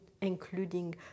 including